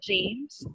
James